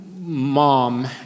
mom